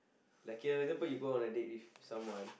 like you know for example you go on a date with someone